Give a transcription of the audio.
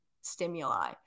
stimuli